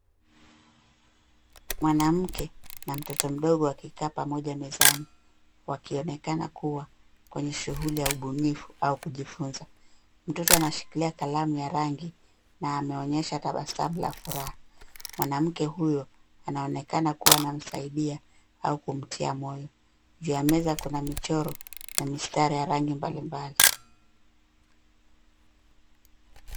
Mwanamke na mtoto mdogo wakikaa pamoja mezani wakionekana kuwa kwenye shughuli ya ubunifu au kujifunza. Mtoto anashikilia kalamu ya rangi na ameonyesha tabasamu la furaha. Mwanamke huyo anaonekana kuwa anamsaidia au kumtia moyo. Juu ya meza kuna michoro na mistari ya rangi mbalimbali.